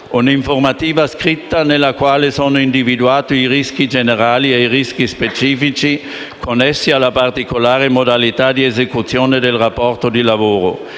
2016 formativa scritta nella quale sono individuati i rischi generali e i rischi specifici connessi alla particolare modalità di esecuzione del rapporto di lavoro.